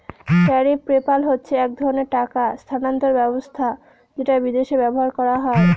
tariff PayPal হচ্ছে এক ধরনের টাকা স্থানান্তর ব্যবস্থা যেটা বিদেশে ব্যবহার করা হয়